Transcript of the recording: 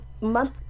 month